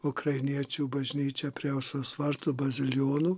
ukrainiečių bažnyčia prie aušros vartų bazilijonų